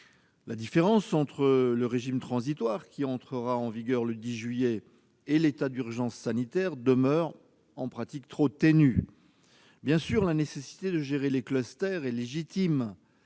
La différence entre le régime transitoire qui entrera en vigueur le 10 juillet prochain et l'état d'urgence sanitaire demeure, en pratique, trop ténue. Bien sûr, la nécessité de gérer l'apparition de clusters est légitime,